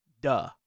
Duh